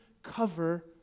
cover